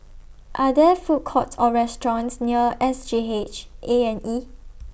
Are There Food Courts Or restaurants near S G H A and E